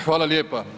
Hvala lijepa.